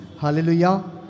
Hallelujah